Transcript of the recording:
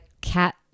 cat